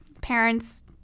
parents